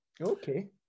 Okay